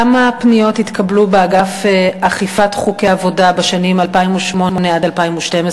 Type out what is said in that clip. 1. כמה פניות התקבלו באגף אכיפת חוקי עבודה בשנים 2008 2012?